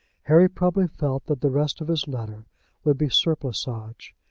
harry probably felt that the rest of his letter would be surplusage.